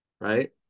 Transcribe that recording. Right